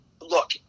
look